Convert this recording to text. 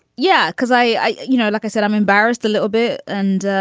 yeah because i you know, like i said, i'm embarrassed a little bit and.